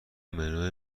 منو